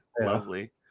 Lovely